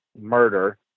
murder